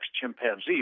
chimpanzees